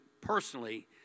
personally